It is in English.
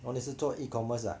哦你是做 E commerce 的啊